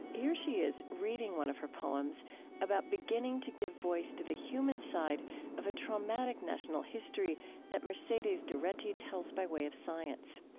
here she is reading one of her poems about beginning to give voice to the human side of a traumatic national history that mercedes doretti tells by way of science.